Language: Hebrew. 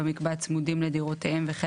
רה הזה כן נכון להחריג במובן הזה את הותמ"ל גם